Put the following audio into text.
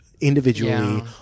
Individually